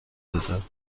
بده